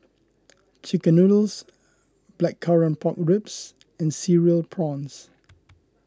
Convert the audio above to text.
Chicken Noodles Blackcurrant Pork Ribs and Cereal Prawns